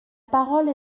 parole